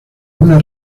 una